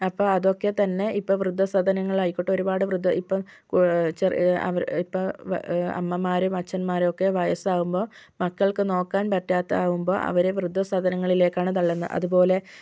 അപ്പം അതൊക്കെ തന്നെ ഇപ്പം വൃദ്ധസദനങ്ങൾ ആയിക്കോട്ടെ ഒരുപാട് വൃദ്ധ ഇപ്പം ചെറിയ ഇപ്പം അമ്മമാർ അച്ഛന്മാരൊക്കെ വയസ്സാകുമ്പോൾ മക്കൾക്ക് നോക്കാൻ പറ്റാതാകുമ്പോൾ അവരെ വൃദ്ധസദനങ്ങളിലേക്കാണ് തള്ളുന്നത് അതുപോലെ